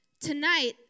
tonight